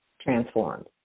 transformed